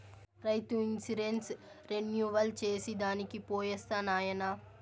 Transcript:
రైతు insurance renewal చేసి దానికి పోయొస్తా నాయనా